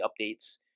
updates